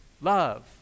love